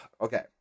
Okay